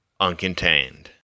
uncontained